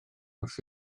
wrth